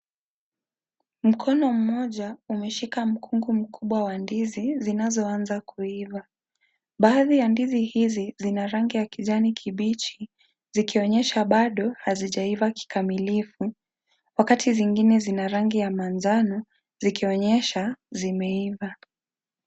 Mkono mmoja umeshika mkungu mkubwa wa ndizi zinazoanza kuiva. Baadhi ya ndizi hizi zina rangi ya kijani kibichi. Zikionyesha baado hazijaiva kikamilifu. Wakati zingine zina rangi ya manjano zikionyesha zimeiva.